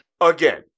Again